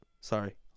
Sorry